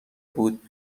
بود